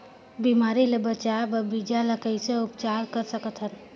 बिमारी ले बचाय बर बीजा ल कइसे उपचार कर सकत हन?